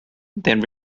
then